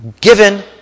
given